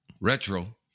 retro